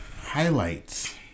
highlights